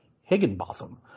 Higginbotham